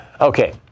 Okay